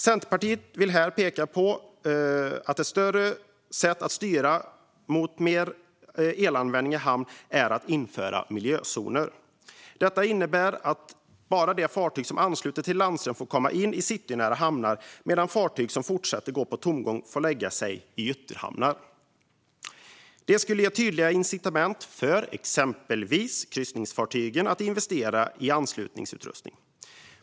Centerpartiet vill här peka på att ett sätt att styra mot mer elanvändning i hamn är att införa miljözoner. Detta innebär att bara de fartyg som ansluter till landström får komma in i citynära hamnar, medan fartyg som fortsätter gå på tomgång får lägga sig i ytterhamnar. Detta skulle ge tydliga incitament för exempelvis kryssningsfartygen att investera i anslutningsutrustning.